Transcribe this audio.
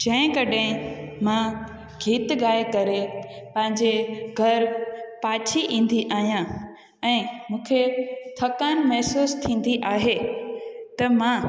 जंहिं कॾहिं मां गीत गाए करे पंहिंजे घर पाछी ईंदी आहियां ऐं मूंखे थकानु महिसूसु थींदी आहे त मां